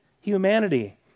humanity